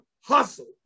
hustle